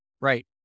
Right